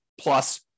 plus